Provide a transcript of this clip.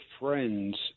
friends